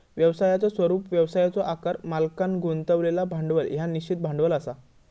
व्यवसायाचो स्वरूप, व्यवसायाचो आकार, मालकांन गुंतवलेला भांडवल ह्या निश्चित भांडवल असा